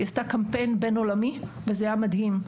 היא עשתה קמפיין בין-עולמי וזה היה מדהים,